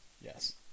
Yes